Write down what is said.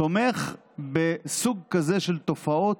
תומך בסוג כזה של תופעות,